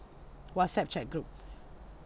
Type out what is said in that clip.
whatsapp chat group